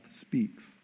speaks